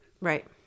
Right